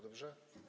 Dobrze?